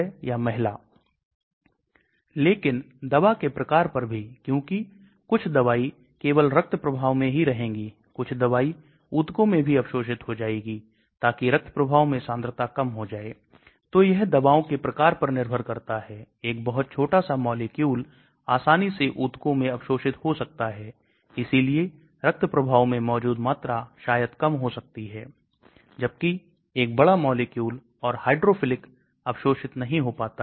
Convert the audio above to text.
यह एक Endothelin 1 receptor है पारगम्यता Caco 2 के द्वारा है Caco 2 वह कोशिका है जिनको Stomach epithelium से लिया जाता है पारगम्यता बहुत खराब है जबकि हम आयनिक समूहों को गैर आयनीक समूहों मे परिवर्तित करते हैं क्योंकि आपके पास यहां एसिड है तो हमारे पास O और H हो सकते हैं